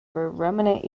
remnant